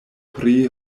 pri